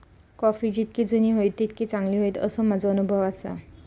coffee जितकी जुनी होईत तितकी चांगली होईत, असो माझो अनुभव आसा